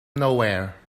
nowhere